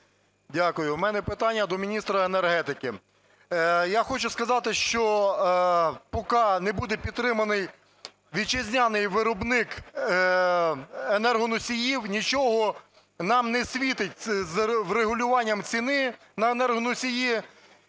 Дякую. У мене питання до міністра енергетики. Я хочу сказати, що поки не буде підтриманий вітчизняний виробник енергоносіїв, нічого нам не світить із врегулюванням ціни на енергоносії.